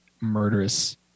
murderous